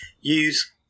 use